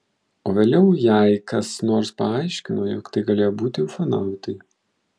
o vėliau jai kas nors paaiškino jog tai galėjo būti ufonautai